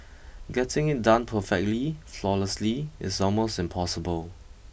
getting it done perfectly flawlessly is almost impossible